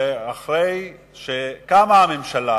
ואחרי שקמה הממשלה,